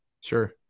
sure